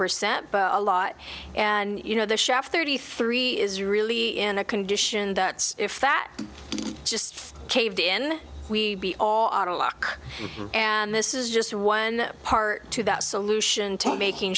percent but a lot and you know the shaft thirty three is really in a condition that if that just caved in we are a lock and this is just one part to that solution to making